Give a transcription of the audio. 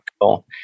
cool